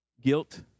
guilt